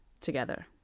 together